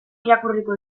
irakurriko